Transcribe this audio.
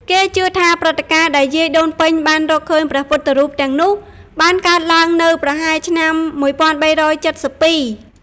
គេជឿថា ព្រឹត្តិការណ៍ដែលយាយដូនពេញបានរកឃើញព្រះពុទ្ធរូបទាំងនោះបានកើតឡើងនៅប្រហែលឆ្នាំ ១៣៧២។